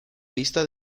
lista